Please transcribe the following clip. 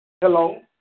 Hello